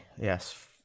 yes